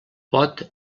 pot